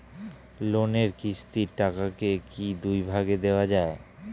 লোনের কিস্তির টাকাকে কি দুই ভাগে দেওয়া যায়?